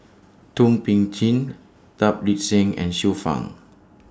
Thum Ping Tjin Tan Lip Seng and Xiu Fang